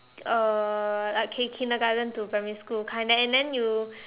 uh okay Kindergarten to primary school kind and then you